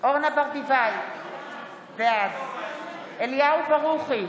אורנה ברביבאי, בעד אליהו ברוכי,